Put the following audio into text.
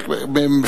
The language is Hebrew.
כל פרויקט לגופו.